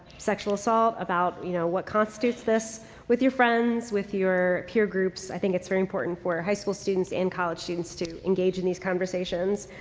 sexual ah about, you know, what constitutes this with your friends, with your peer groups. i think it's very important for high school students and college students to engage in these conversations.